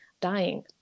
dying